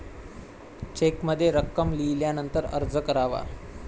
चेकमध्ये रक्कम लिहिल्यानंतरच अर्ज करावा